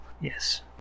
Yes